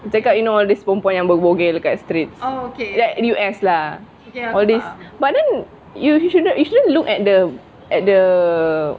macam you know all this perempuan yang bogel kat street dekat U_S lah all this but then you you shouldn't you shouldn't look at the at the